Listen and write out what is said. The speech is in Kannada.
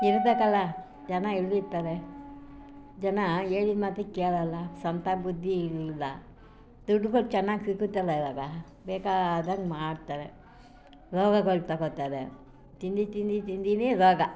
ಇರ್ಬೇಕಲ್ಲ ಜನ ಎಲ್ಲಿರ್ತಾರೆ ಜನ ಹೇಳಿದ ಮಾತೇ ಕೇಳೋಲ್ಲ ಸ್ವಂತ ಬುದ್ಧಿ ಇಲ್ಲ ದುಡ್ಗಳು ಚೆನ್ನಾಗಿ ಸಿಗುತ್ತಲ್ಲ ಈವಾಗ ಬೇಕಾದಂತೆ ಮಾಡ್ತಾರೆ ರೋಗಗಳು ತಗೊಳ್ತಾರೆ ತಿಂದು ತಿಂದು ತಿಂದೇನೇ ರೋಗ